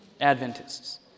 Adventists